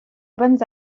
bonnes